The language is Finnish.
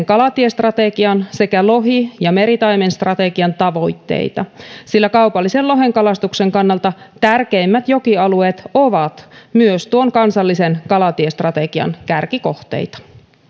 kalatiestrategian sekä lohi ja meritaimenstrategian tavoitteita sillä kaupallisen lohenkalastuksen kannalta tärkeimmät jokialueet ovat myös tuon kansallisen kalatiestrategian kärkikohteita